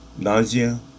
nausea